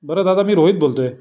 बरं दादा मी रोहित बोलतो आहे